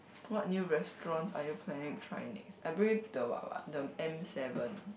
what new restaurants are you planning to try next I bring you to the what what the M seven